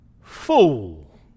fool